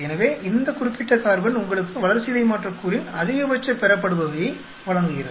எனவே இந்த குறிப்பிட்ட கார்பன் உங்களுக்கு வளர்சிதைமாற்றக்கூறின் அதிகபட்ச பெறப்படுபவையை வழங்குகிறது